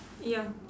ya